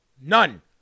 None